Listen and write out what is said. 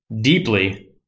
deeply